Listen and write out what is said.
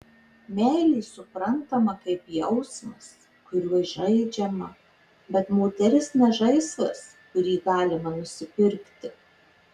meilė suprantama kaip jausmas kuriuo žaidžiama bet moteris ne žaislas kurį galima nusipirkti